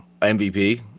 mvp